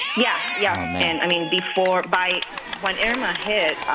yeah, yeah oh, man i mean, before by when irma hit,